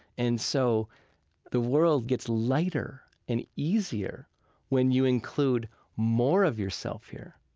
and so the world gets lighter and easier when you include more of yourself here